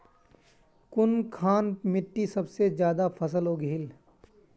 कुनखान मिट्टी सबसे ज्यादा फसल उगहिल?